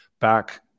back